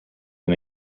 and